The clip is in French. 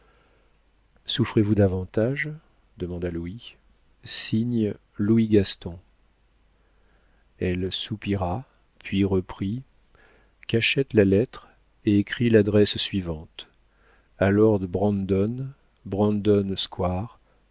souffrez-vous davantage demanda louis signe louis gaston elle soupira puis reprit cachette la lettre et écris l'adresse suivante a lord brandon brandon square